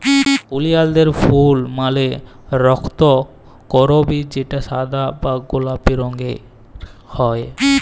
ওলিয়ালদের ফুল মালে রক্তকরবী যেটা সাদা বা গোলাপি রঙের হ্যয়